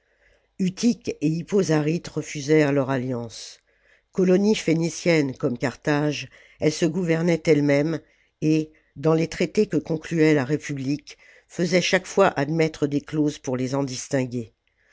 utique et hippo zaryte refusèrent leur alliance colonies phéniciennes comme carthage elles se gouvernaient elles-mêmes et dans les traités que concluait la république faisaient chaque fois admettre des clauses pour les en distinguer